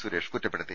സുരേഷ് കുറ്റപ്പെടുത്തി